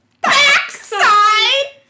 backside